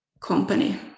company